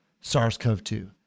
SARS-CoV-2